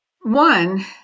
one